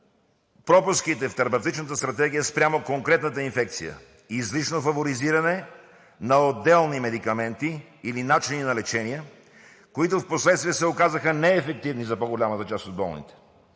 пропуските в терапевтичната стратегия спрямо конкретната инфекция – излишно фаворизиране на отделни медикаменти или начини на лечение, които впоследствие се оказаха неефективни за по-голямата част от болните.